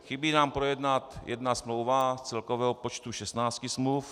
Chybí nám projednat jedna smlouva z celkového počtu 16 smluv.